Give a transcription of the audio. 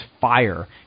fire